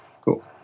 Cool